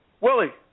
Willie